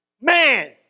Man